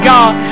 God